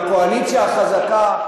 עם הקואליציה החזקה,